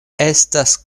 estas